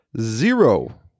zero